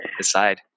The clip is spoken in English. decide